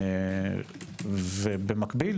במקביל